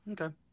Okay